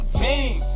team